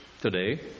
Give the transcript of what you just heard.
today